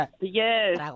Yes